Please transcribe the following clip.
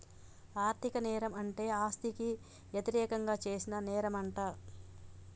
ఆర్ధిక నేరం అంటే ఆస్తికి యతిరేకంగా చేసిన నేరంమంట